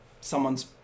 someone's